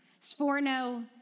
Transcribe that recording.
Sforno